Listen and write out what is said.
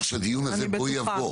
-- אני מבטיח לך שהדיון הזה בוא יבוא.